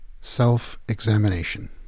Self-examination